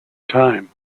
time